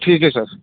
ٹھیک ہے سر